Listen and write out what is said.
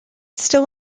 still